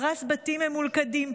הרס בתים ממולכדים,